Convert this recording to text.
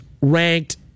ranked